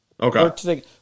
Okay